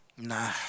Nah